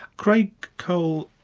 creagh cole,